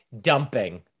dumping